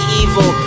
evil